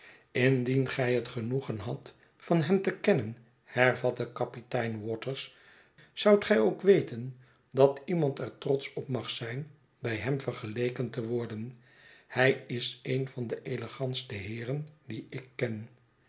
indien gij het genoegen hadt van hem te kennen hervatte kapitein waters zoudt gij ook weten dat iemand er trotsch op mag zijn bij hem vergeleken te worden hij is een van de elegantste heeren die ik ken